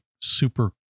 super